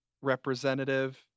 representative